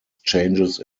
changes